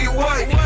white